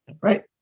Right